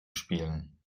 spielen